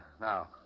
Now